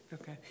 Okay